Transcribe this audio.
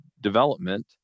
development